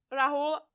Rahul